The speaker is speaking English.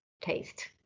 taste